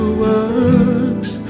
works